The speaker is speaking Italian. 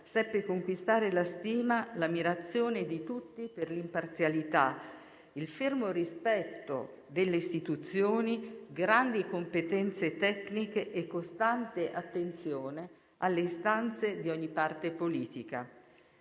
seppe conquistare la stima e l'ammirazione di tutti per l'imparzialità, il fermo rispetto delle istituzioni, grandi competenze tecniche e costante attenzione alle istanze di ogni parte politica.